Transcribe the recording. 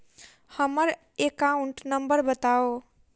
हम्मर account number बताऊ?